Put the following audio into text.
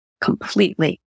completely